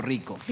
Rico